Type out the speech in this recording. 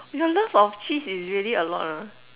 your love of cheese is really a lot ah